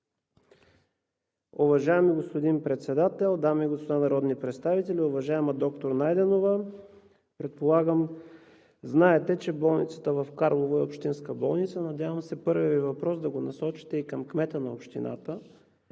Уважаеми господин Председател, дами и господа народни представители! Уважаема доктор Найденова, предполагам, знаете, че болницата в Карлово е общинска болница. Надявам се първия Ви въпрос да го насочите и към кмета на общината,